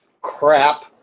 crap